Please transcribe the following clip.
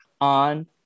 on